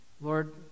Lord